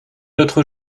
l’autre